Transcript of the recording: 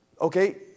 okay